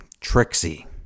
Trixie